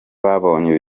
babonye